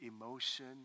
emotion